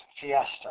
fiesta